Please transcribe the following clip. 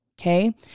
Okay